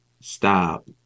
stop